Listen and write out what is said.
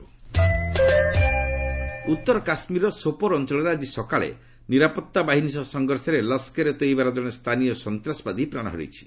JK terrorist killed ଉତ୍ତର କାଶ୍କୀରର ସୋପୋର ଅଞ୍ଚଳରେ ଆଜି ସକାଳେ ନିରାପତ୍ତା ବାହିନୀ ସହ ସଂଘର୍ଷରେ ଲସ୍କରେ ତୋୟବାର ଜଣେ ସ୍ଥାନୀୟ ସନ୍ତାସବାଦୀ ପ୍ରାଣ ହରାଇଛି